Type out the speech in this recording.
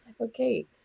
Okay